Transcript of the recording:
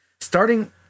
Starting